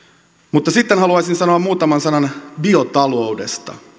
mutta sitten haluaisin sanoa muutaman sanan biotaloudesta